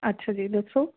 ਅੱਛਾ ਜੀ ਦੱਸੋ